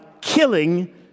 killing